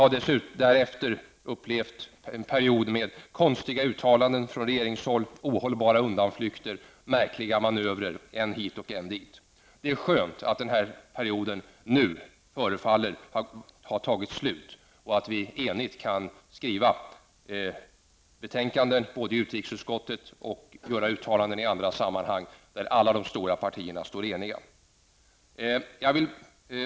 Därefter har det varit en period med konstiga uttalanden från regeringshåll, ohållbara undanflykter och märkliga manövrar än hit, än dit. Det är skönt att den här perioden nu förefaller ha tagit slut och att vi kan avge enhälliga betänkanden från utrikesutskottet och ställa oss bakom uttalanden i andra sammanhang, där alla de stora partierna står eniga.